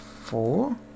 four